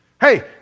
Hey